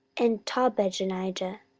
and tobadonijah,